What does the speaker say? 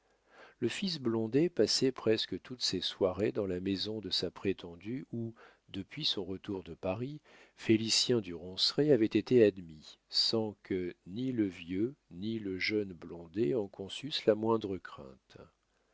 le fils blondet passait presque toutes ses soirées dans la maison de sa prétendue où depuis son retour de paris félicien du ronceret avait été admis sans que le vieux ni le jeune blondet en conçussent la moindre crainte